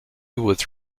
with